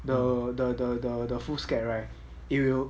the the the the the foolscap right it will